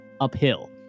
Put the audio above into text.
uphill